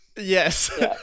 Yes